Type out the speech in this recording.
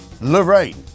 Lorraine